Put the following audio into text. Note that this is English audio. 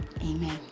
Amen